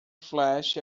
flash